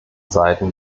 seiten